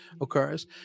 occurs